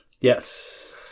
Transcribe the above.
Yes